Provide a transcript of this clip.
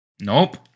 Nope